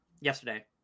yesterday